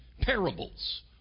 parables